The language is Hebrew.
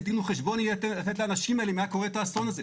איזה דין וחשבון יהיה לתת לאנשים האלה אם היה קורה את האסון הזה?